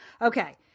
Okay